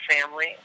family